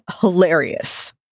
hilarious